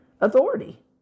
authority